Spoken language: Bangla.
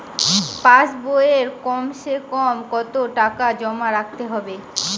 পাশ বইয়ে কমসেকম কত টাকা জমা রাখতে হবে?